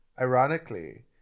Ironically